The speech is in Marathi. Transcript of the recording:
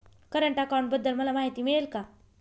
करंट अकाउंटबद्दल मला माहिती मिळेल का?